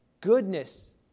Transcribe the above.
goodness